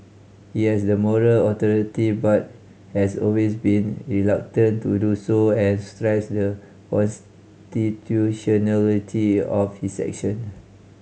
he has the moral authority but has always been reluctant to do so and stressed the constitutionality of his action